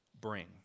bring